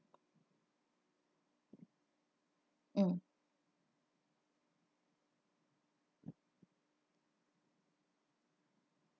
mm